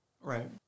Right